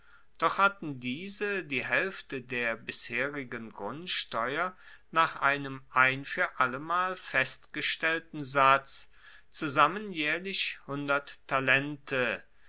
doch hatten diese die haelfte der bisherigen grundsteuer nach einem ein fuer allemal festgestellten satz zusammen jaehrlich talente